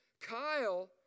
kyle